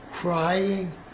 crying